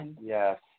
yes